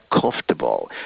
comfortable